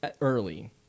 early